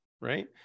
right